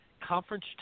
conference